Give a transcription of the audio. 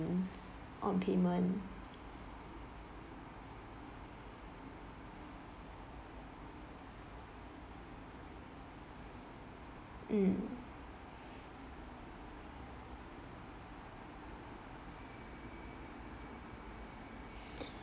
on payment mm